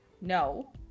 no